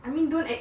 I mean don't ex~